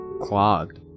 clogged